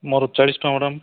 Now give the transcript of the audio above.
ମୋର ଚାଳିଶ ଟଙ୍କା ମ୍ୟାଡ଼ାମ୍